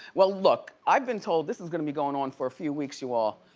well look, i've been told this is gonna be going on for a few weeks, you all.